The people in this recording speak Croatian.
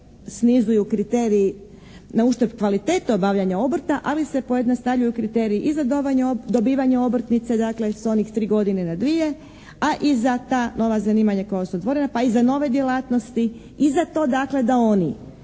snizuju kriteriji na uštrb kvalitete obavljanja obrta ali se pojednostavljuju kriteriji i za dobivanje obrtnice, dakle s onih 3 godine na dvije, a i za ta nova zanimanja koja su otvorena. Pa i za nove djelatnosti i za to dakle da oni